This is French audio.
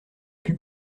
put